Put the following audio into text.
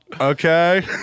Okay